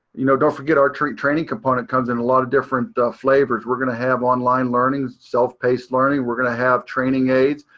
you know, don't forget our training component comes in a lot of different flavors. we're going to have online learning, self paced learning, we're going to have training aids,